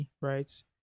right